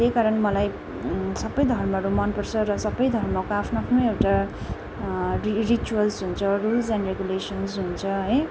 त्यही कारण मलाई सबै धर्महरू मनपर्छ र सबै धर्मको आफ्नो आफ्नो एउटा रिचुवल्स हुन्छ रुल्स एन्ड रेगुलेसन्स हुन्छ है